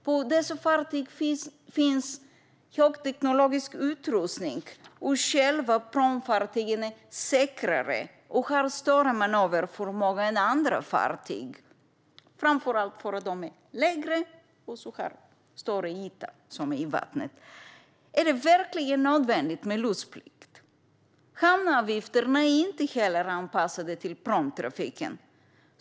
På dessa fartyg finns högteknologisk utrustning, och själva pråmfartygen är säkrare och har större manöverförmåga än andra fartyg, framför allt för att de är lägre och har större yta i vattnet. Är det verkligen nödvändigt med lotsplikt? Hamnavgifterna är inte heller anpassade till pråmtrafiken.